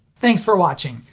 thanks for watching!